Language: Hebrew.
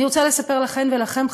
אני רוצה לספר לכן ולכם,